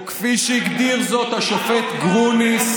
אתה, או כפי שהגדיר זאת השופט גרוניס,